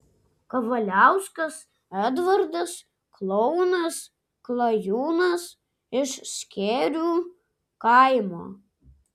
kavaliauskas edvardas klounas klajūnas iš skėrių kaimo